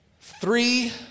Three